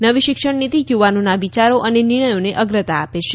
નવી શિક્ષણ નીતિ યુવાનોના વિયારો અને નિર્ણયોને અગ્રતા આપે છે